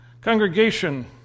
Congregation